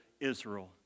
Israel